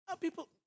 People